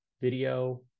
video